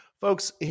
folks